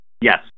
Yes